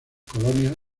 colonias